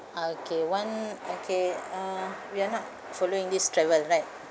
okay one okay uh we are not following this travel right